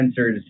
sensors